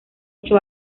ocho